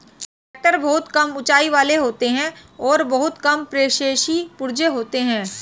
tractor बहुत कम ऊँचाई वाले होते हैं और बहुत कम प्रक्षेपी पुर्जे होते हैं